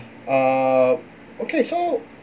ah okay so